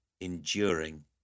enduring